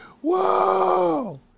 whoa